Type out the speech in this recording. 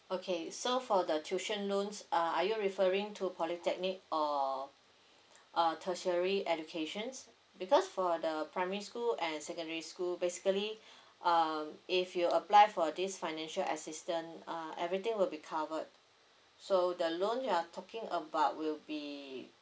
okay so for the tuition loans uh are you referring to polytechnic or uh tertiary educations because for the primary school and secondary school basically um if you apply for this financial assistant uh everything will be covered so the loan you're talking about will be